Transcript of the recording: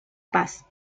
paz